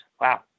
wow